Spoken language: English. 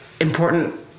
important